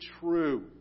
true